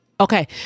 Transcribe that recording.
okay